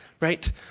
Right